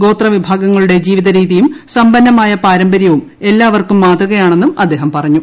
ഗോത്രവിഭാങ്ങളുടെ ജീവിത രീതിയും സമ്പന്നമായ ൃ പൂർമ്പര്യവും എല്ലാവർക്കും മാതൃകയാണെന്നും അദ്ദേഹീം പിറഞ്ഞു